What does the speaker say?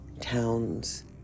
towns